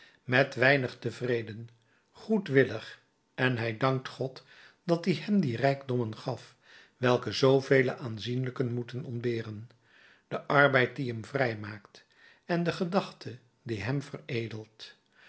met weinig tevreden goedwillig en hij dankt god dat die hem die rijkdommen gaf welke zoovele aanzienlijken moeten ontberen de arbeid die hem vrij maakt en de gedachte die hem veredelt